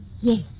Yes